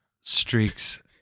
Streaks